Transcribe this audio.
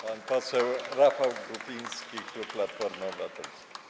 Pan poseł Rafał Grupiński, klub Platformy Obywatelskiej.